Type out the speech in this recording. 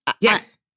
Yes